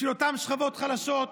בשביל אותן שכבות חלשות,